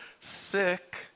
sick